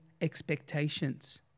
expectations